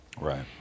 Right